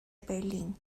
berlín